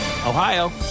Ohio